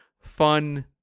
fun